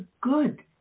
good